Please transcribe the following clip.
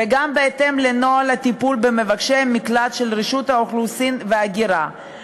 וגם בהתאם לנוהל הטיפול של רשות האוכלוסין וההגירה במבקשי מקלט,